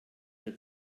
der